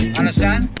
Understand